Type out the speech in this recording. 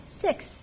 six